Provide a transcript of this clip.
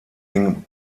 den